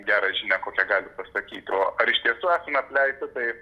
gerą žinią kokią gali pasakyti o ar iš tiesų esame apleisti tai